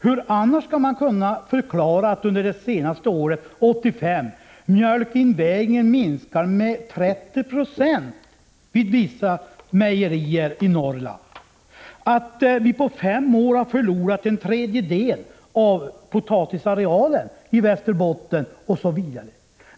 Hur kan man annars förklara att mjölkinvägningen vid vissa mejerier i Norrland under år 1985 minskade med 30 926? I Västerbotten har man förlorat en tredjedel av potatisarealen, osv.